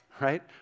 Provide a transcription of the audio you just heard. right